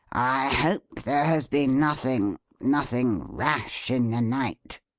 i hope there has been nothing nothing rash in the night.